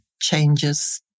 changes